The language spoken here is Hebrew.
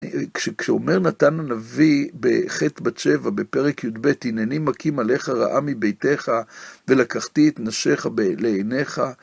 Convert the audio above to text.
כשאומר נתן הנביא בחטא בת שבע, בפרק י"ב, הנני מקים עליך רעה מביתך, ולקחתי את נשיך לעיניך.